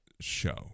show